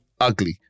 ugly